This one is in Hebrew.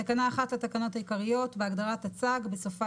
בתקנה אחת לתקנות העיקריות בהגדרה "טצ"ג " בסופה